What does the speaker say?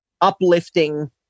uplifting